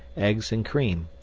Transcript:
eggs, and cream.